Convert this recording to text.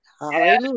Hallelujah